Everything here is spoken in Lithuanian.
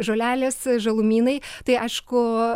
žolelės žalumynai tai aišku